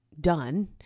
done